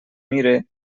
mire